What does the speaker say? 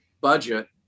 budget